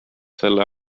selle